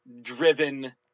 driven